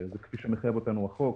כפי שמחייב אותנו החוק,